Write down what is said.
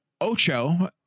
Ocho